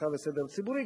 אבטחה וסדר ציבורי,